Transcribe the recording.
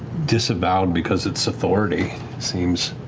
disavowed because it's authority seems